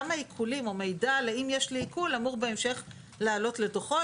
גם העיקולים או המידע אם יש לי עיקול אמור בהמשך לעלות לתוכו.